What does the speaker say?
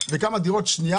כמה עסקאות היו בדירה שנייה,